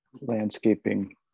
landscaping